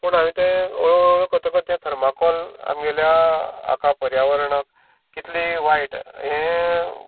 पूण हांवें तें हळू हळू करतकर तें थरमाकोल आमगेल्या हाका पर्यावरणाक कितली वायट हें विचार